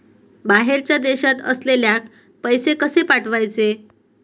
बाहेरच्या देशात असलेल्याक पैसे कसे पाठवचे?